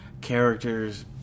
characters